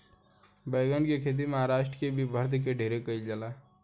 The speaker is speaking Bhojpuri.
बैगन के खेती महाराष्ट्र के विदर्भ में ढेरे कईल जाला